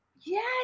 Yes